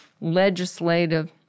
legislative